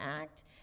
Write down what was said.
Act